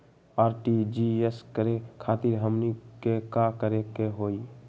RTGS करे खातीर हमनी के का करे के हो ई?